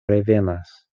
revenas